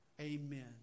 Amen